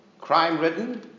Crime-ridden